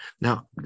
Now